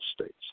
states